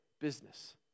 business